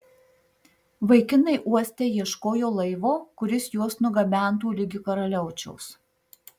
vaikinai uoste ieškojo laivo kuris juos nugabentų ligi karaliaučiaus